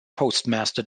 postmaster